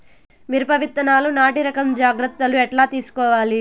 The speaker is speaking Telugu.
మిరప విత్తనాలు నాటి రకం జాగ్రత్తలు ఎట్లా తీసుకోవాలి?